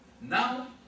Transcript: Now